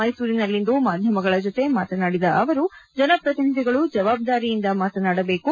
ಮೈಸೂರಿನಲ್ಲಿಂದು ಮಾಧ್ಯಮಗಳ ಜತೆ ಮಾತನಾಡಿದ ಅವರು ಜನಪ್ರತಿನಿಧಿಗಳು ಜವಬ್ಗಾರಿಯಿಂದ ಮಾತನಾಡಬೇಕು